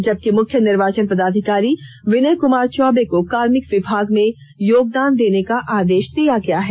जबकि मुख्य निर्वाचन पदाधिकारी विनय कुमार चौबे को कार्मिक विभाग में योगदान देने का आदेष दिया गया है